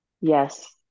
yes